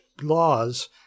laws